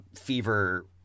fever